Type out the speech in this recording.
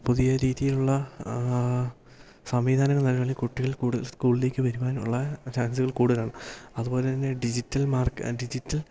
പുതിയ രീതിയിലുള്ള സംവിധാനങ്ങൾ നൽകി കുട്ടികൾ കൂടുതൽ സ്കൂളിലേക്കു വരുവാനുള്ള ചാൻസുകൾ കൂടുതലാണ് അതുപോലെ തന്നെ ഡിജിറ്റൽ മാർക്ക് ഡിജിറ്റ്